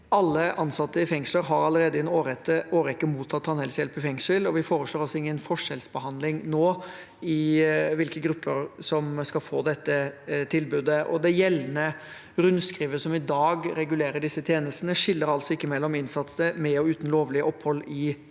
Alle innsatte i fengsler har allerede i en årrekke mottatt tannhelsehjelp i fengsel, og vi foreslår altså ingen forskjellsbehandling nå når det gjelder hvilke grupper som skal få dette tilbudet. Det gjeldende rundskrivet, som i dag regulerer disse tjenestene, skiller ikke mellom innsatte med og uten lovlig opphold i riket.